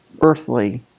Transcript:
earthly